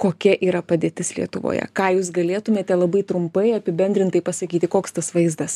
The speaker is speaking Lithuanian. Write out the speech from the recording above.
kokia yra padėtis lietuvoje ką jūs galėtumėte labai trumpai apibendrintai pasakyti koks tas vaizdas